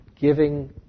giving